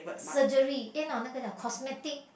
surgery eh no 哪个 cosmetics